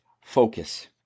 Focus